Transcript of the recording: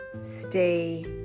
stay